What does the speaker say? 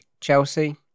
Chelsea